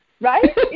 Right